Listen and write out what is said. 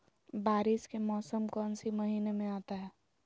बारिस के मौसम कौन सी महीने में आता है?